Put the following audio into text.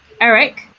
Eric